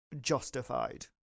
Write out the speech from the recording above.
justified